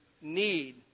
need